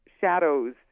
shadows